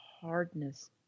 hardness